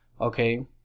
okay